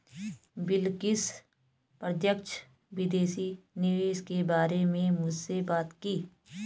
बिलकिश प्रत्यक्ष विदेशी निवेश के बारे में मुझसे बात की